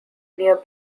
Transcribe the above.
near